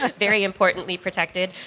ah very importantly protected.